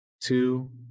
two